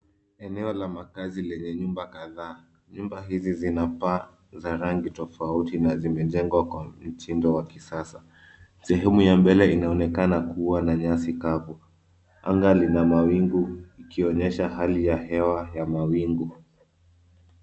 Eneo la makazi lenye nyumba kadhaa. Nyumba hizi zina paa za rangi tofauti na zimejengwa kwa mtindo wa kisasa. Sehemu ya mbele inaonekana kuwa na nyasi kavu. Anga lina mawingu ikionyesha hali ya hewa ya mawingu.